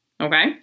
okay